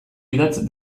idatz